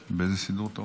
רק ההערה קודם היא